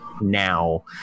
now